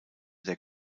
der